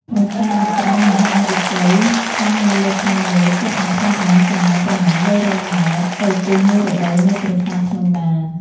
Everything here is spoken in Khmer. ប្រាសាទអាស្រមមហាឫសី សង់នៅលើភ្នំមួយជាប់នឹងភ្នំដា ចម្ងាយប្រមាណ ៣០០ ម៉ែត្រ ទៅទិសនីរតីនៃប្រាសាទភ្នំដា។